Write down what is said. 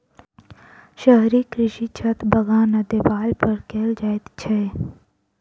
शहरी कृषि छत, बगान आ देबाल पर कयल जाइत छै